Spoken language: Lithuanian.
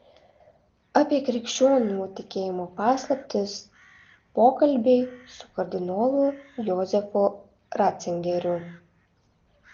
apie krikščionių tikėjimo paslaptis pokalbiai su kardinolu jozefu racingeriu